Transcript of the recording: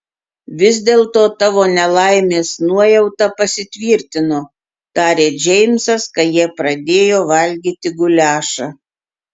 vis dėlto tavo nelaimės nuojauta pasitvirtino tarė džeimsas kai jie pradėjo valgyti guliašą